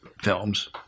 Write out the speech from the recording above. Films